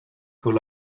con